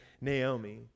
Naomi